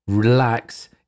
Relax